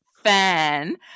Fan